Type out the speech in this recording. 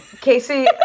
Casey